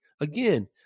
Again